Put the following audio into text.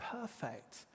perfect